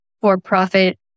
for-profit